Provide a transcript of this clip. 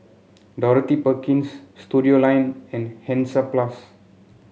Dorothy Perkins Studioline and Hansaplast